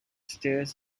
stairs